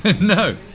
No